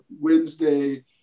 Wednesday